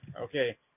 Okay